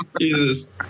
Jesus